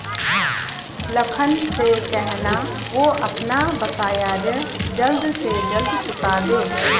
लखन से कहना, वो अपना बकाया ऋण जल्द से जल्द चुका दे